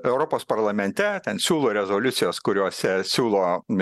europos parlamente ten siūlo rezoliucijas kuriose siūlo